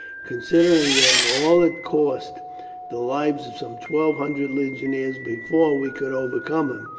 considering that in all it cost the lives of some twelve hundred legionaries before we could overcome him,